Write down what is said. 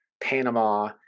Panama